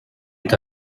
est